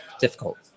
Difficult